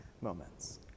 moments